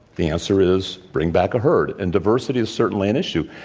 the answer is, bring back a herd. and diversity is certainly an issue.